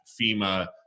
FEMA